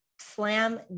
slam